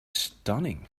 stunning